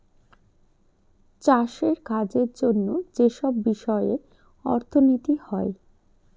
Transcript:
চাষের কাজের জন্য যেসব বিষয়ে অর্থনীতি হয়